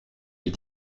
les